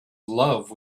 love